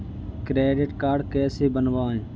Credit card कैसे बनवाएँ?